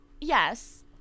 Yes